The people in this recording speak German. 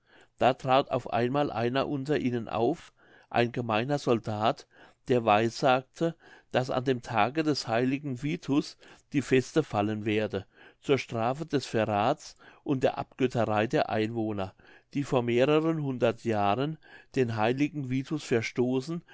da trat auf einmal einer unter ihnen auf ein gemeiner soldat der weissagte daß an dem tage des heiligen vitus die feste fallen werde zur strafe des verraths und der abgötterei der einwohner die vor mehreren hundert jahren den heiligen vitus verstoßen